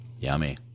Yummy